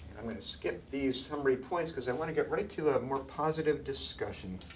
i'm going to skip these summary points, because i want to get right to a more positive discussion.